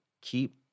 keep